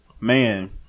man